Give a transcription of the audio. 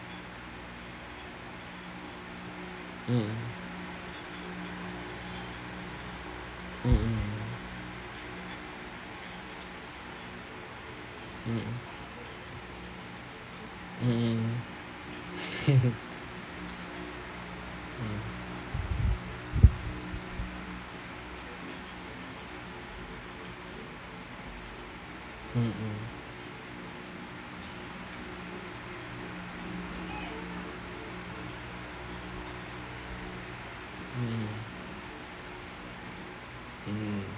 mm mm mm mm mm mm mm mm mm mm mm